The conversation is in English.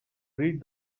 read